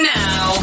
now